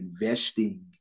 investing